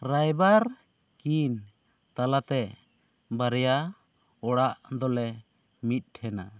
ᱨᱟᱭᱵᱟᱨ ᱠᱤᱱ ᱛᱟᱞᱟ ᱛᱮ ᱵᱟᱨᱭᱟ ᱚᱲᱟᱜ ᱫᱚᱞᱮ ᱢᱤᱫ ᱴᱷᱮᱱᱟ